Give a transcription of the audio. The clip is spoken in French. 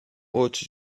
hautes